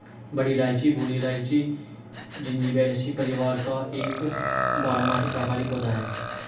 बड़ी इलायची भूरी इलायची, जिंजिबेरेसी परिवार का एक बारहमासी शाकाहारी पौधा है